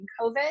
COVID